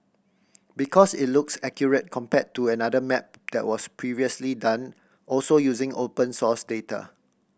because it looks accurate compared to another map that was previously done also using open source data